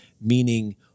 meaning